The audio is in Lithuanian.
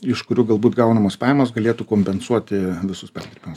iš kurių galbūt gaunamos pajamos galėtų kompensuoti visus perdirbimus